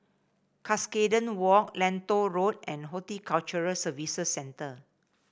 Cuscaden Walk Lentor Road and Horticulture Services Centre